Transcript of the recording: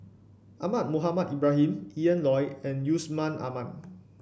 Ahmad Mohamed Ibrahim Ian Loy and Yusman Aman